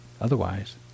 otherwise